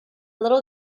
little